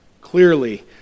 Clearly